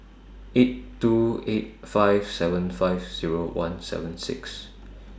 eight two eight five seven five Zero one seven six